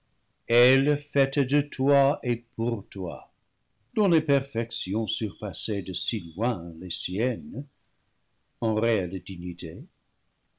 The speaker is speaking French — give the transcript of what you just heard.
elle faite de toi et pour toi dont les perfections surpassaient de si loin les siennes en réelle dignité